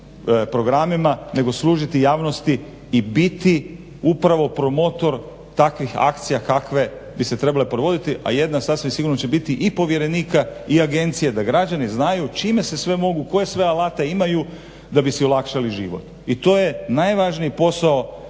programima, nego služiti javnosti i biti upravo promotor takvih akcija kakve bi se trebale provoditi, a jedna sasvim sigurno će biti i povjerenika i agencije da građani znaju čime se sve mogu, koje sve alate imaju da bi si olakšali život. I to je najvažniji posao